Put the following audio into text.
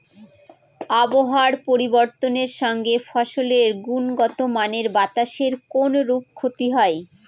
আবহাওয়ার পরিবর্তনের সঙ্গে ফসলের গুণগতমানের বাতাসের কোনরূপ ক্ষতি হয়?